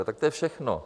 Tak to je všechno.